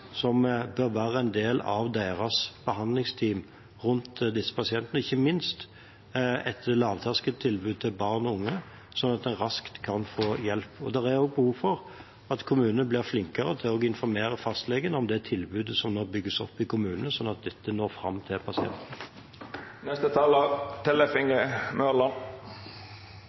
som bør være en del av deres behandlingsteam rundt disse pasientene, ikke minst et lavterskeltilbud til barn og unge, slik at en raskt kan få hjelp. Det er også behov for at kommunene blir flinkere til å informere fastlegene om det tilbudet som nå bygges opp i kommunene, slik at dette når fram til